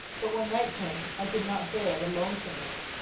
but when night came i could not bear the lonesomeness,